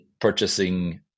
purchasing